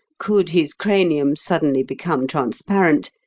could his cranium suddenly become transparent,